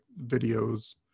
videos